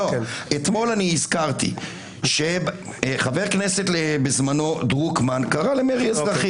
- שבזמנו חבר כנסת דרוקמן קרא למרי אזרחי.